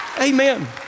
Amen